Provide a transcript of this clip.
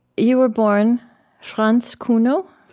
you were born franz kuno?